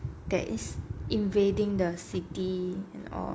that is invading the city and all